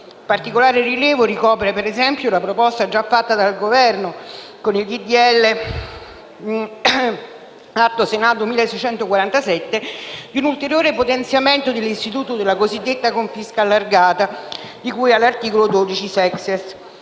Particolare rilievo ricopre, per esempio, la proposta, già fatta dal Governo con l'Atto Senato 1647, di un ulteriore potenziamento dell'istituto della cosiddetta confisca allargata, di cui all'articolo 12-*sexies*.